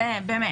באמת.